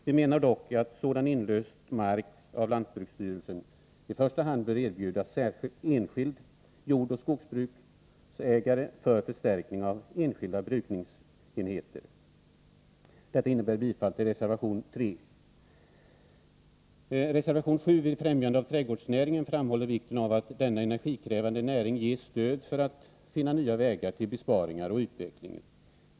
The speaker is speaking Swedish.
Vi menar dock att sådan inlöst mark bör av lantbruksstyrelsen i första hand erbjudas enskila jordbruksoch skogsbruksägare för förstärkning av enskilda brukningsenheter. Jag yrkar bifall till reservation 3. I reservation 7 beträffande Främjande av trädgårdsnäringen framhålls vikten av att denna energikrävande näring ges stöd, så att man kan finna nya vägar till besparingar och utveckling.